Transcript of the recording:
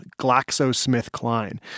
GlaxoSmithKline